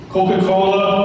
Coca-Cola